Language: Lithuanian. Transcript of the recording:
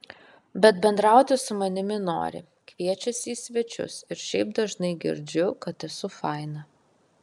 bet bendrauti su manimi nori kviečiasi į svečius ir šiaip dažnai girdžiu kad esu faina